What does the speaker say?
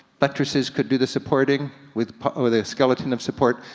buttresses could do the supporting with their skeleton of support,